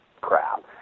crap